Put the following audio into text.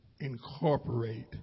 incorporate